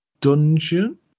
dungeon